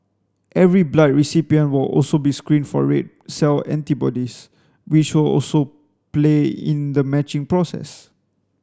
every blood recipient will also be screened for red cell antibodies which will also play in the matching process